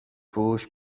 پوش